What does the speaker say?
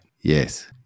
yes